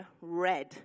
red